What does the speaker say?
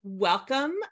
Welcome